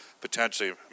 potentially